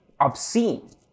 obscene